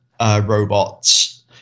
robots